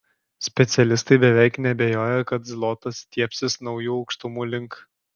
specialistai beveik neabejoja kad zlotas stiebsis naujų aukštumų link